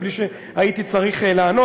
בלי שהייתי צריך לענות.